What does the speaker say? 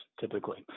typically